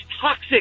toxic